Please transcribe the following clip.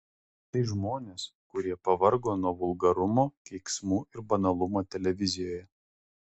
tai žmonės kurie pavargo nuo vulgarumo keiksmų ir banalumo televizijoje